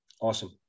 Awesome